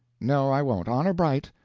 no, i won't, honor bright.